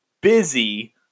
busy